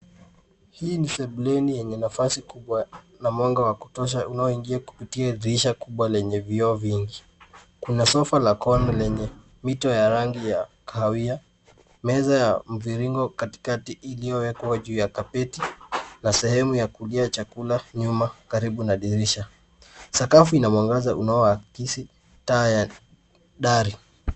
Hii ni sebleni yenye nafasi kubwa na mwanga wa kutosha unaoingia kupitia dirisha kubwa lenye vioo vingi. Kuna sofa la kona lenye mito ya rangi ya kahawia, na meza ya mviringo katikati juu ya zulia la kaki. Sehemu ya kulia chakula ipo nyuma, karibu na dirisha. Sakafu inang'aa.